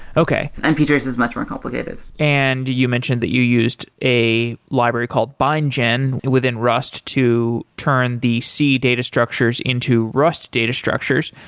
okay. and ptrace is much more complicated. and you you mentioned that you used a library called bindgen within rust to turn the c data structures into rust data structures.